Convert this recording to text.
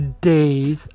days